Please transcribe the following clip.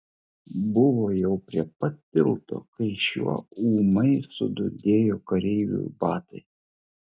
buvo jau prie pat tilto kai šiuo ūmai sudundėjo kareivių batai